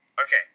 Okay